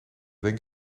denk